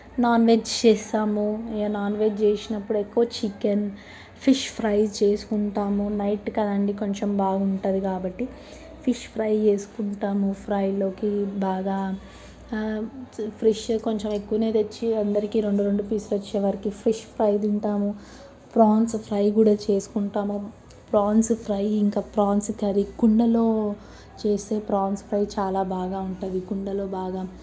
non veg చేస్తాము ఇక non veg చేసినప్పుడు ఎక్కువ చికెన్ ఫిష్ ఫ్రై చేసుకుంటాము నైట్ కదండి కొంచెం బాగుంటుంది కాబట్టి ఫిష్ ఫ్రై చేసుకుంటాము ఫ్రైలోకి బాగా ఫ్రెష్ కొంచెం ఎక్కువనే తెచ్చి అందరికీ రెండు రెండులు పీసులు వచ్చేవారికి ఫిష్ ఫ్రై తింటాము ఫ్రాన్స్ ఫ్రై కూడా చేసుకుంటాము ఫ్రాన్స్ ఫ్రై ఇంకా ప్రాన్స్ కర్రీ కుండలో చేసే ప్రాన్స్ ఫ్రై చాలా బాగా ఉంటుంది కుండలో బాగా